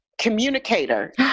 communicator